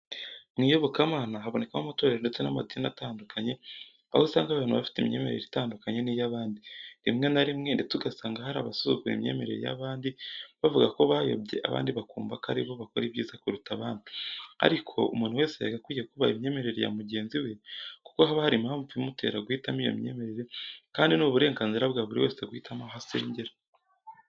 Mu iyobokamana habonekamo amatorero ndetse n'amadini atandukanye, aho usanga abantu bafite imyemerere itandukanye n'iy'abandi. Rimwe na rimwe ndetse ugasanga hari abasuzugura imyemerere y'abandi bavugako bayobye, abandi bakumva ko aribo bakora ibyiza kuruta abandi. Ariko umuntu wese yagakwiye kubaha imyemerere ya mugenzi we kuko haba hari impamvu imutera guhitamo iyo myemerere kandi ni uburenganzira bwa buri wese guhitamo aho asengera.